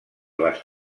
les